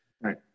Right